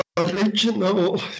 original